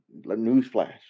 Newsflash